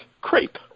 crepe